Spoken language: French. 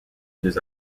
deux